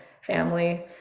family